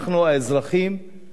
לא בחינוך ילדינו,